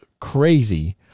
Crazy